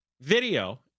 video